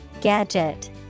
Gadget